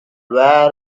well